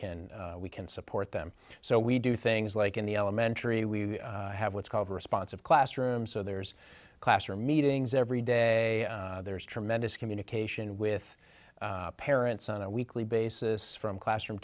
can we can support them so we do things like in the elementary we have what's called responsive classroom so there's classroom meetings every day there's tremendous communication with parents on a weekly basis from classroom